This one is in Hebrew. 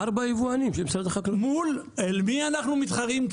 אל מי אנחנו מתחרים?